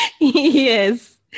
Yes